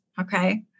Okay